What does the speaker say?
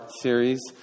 series